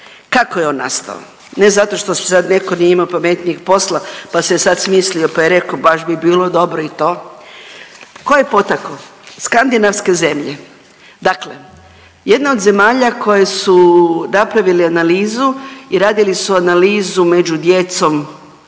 kako je on nastao? Ne zato što su sad neko nije imao pametnijeg posla, pa se je sad smislio, pa je rekao baš bi bilo dobro i to, ko je potakao? Skandinavske zemlje. Dakle jedna od zemalja koje su napravili analizu i radili su analizu među djecom